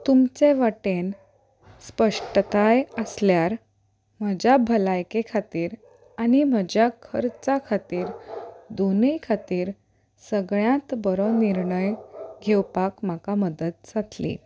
तुमचे वाटेन स्पश्टताय आसल्यार म्हज्या भलायके खातीर आनी म्हज्या खर्चा खातीर दोनूय खातीर सगळ्यांत बरो निर्णय घेवपाक म्हाका मदत जातली